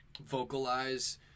vocalize